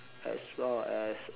as well as uh